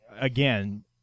again